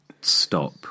stop